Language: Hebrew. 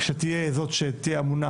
שתהיה זאת שתהיה אמונה